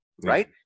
right